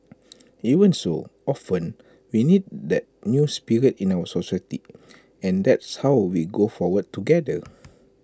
even so often we need that new spirit in our society and that's how we go forward together